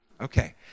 Okay